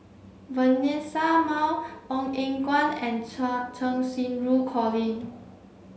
Vanessa Mae Ong Eng Guan and Cheng Xinru Colin